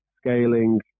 scaling